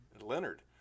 Leonard